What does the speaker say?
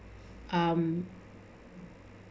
um